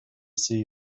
see